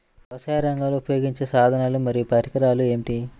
వ్యవసాయరంగంలో ఉపయోగించే సాధనాలు మరియు పరికరాలు ఏమిటీ?